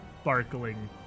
sparkling